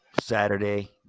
Saturday